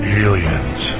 aliens